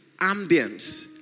Ambience